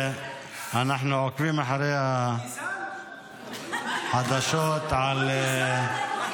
אנחנו עוקבים אחרי החדשות על --- גזען.